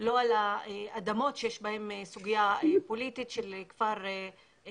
לא על האדמות שיש בהן סוגיה פוליטית של כפר וואלג'ה.